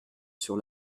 sur